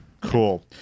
Cool